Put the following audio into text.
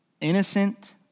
innocent